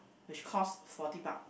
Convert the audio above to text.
which cost forty buck